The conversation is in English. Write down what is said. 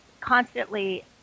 constantly